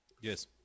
yes